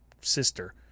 sister